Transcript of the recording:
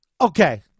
Okay